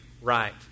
right